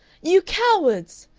you cowards!